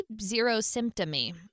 zero-symptomy